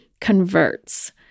converts